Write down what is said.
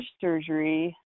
surgery